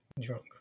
Drunk